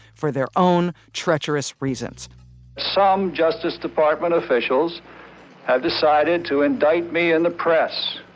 for their own treacherous reasons some justice department officials have decided to indict me in the press,